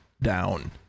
down